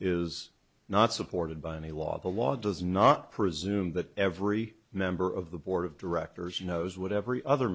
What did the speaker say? is not supported by any law the law does not presume that every member of the board of directors knows what every other